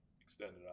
extended